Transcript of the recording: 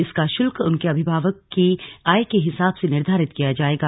इसका शुल्क उनके अभिभावकों की आय के हिसाब से निर्धारित किया जायेगा